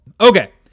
okay